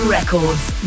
Records